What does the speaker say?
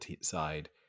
side